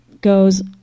goes